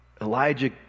Elijah